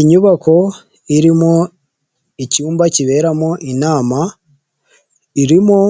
Inyubako irimo icyumba kiberamo inama, irimo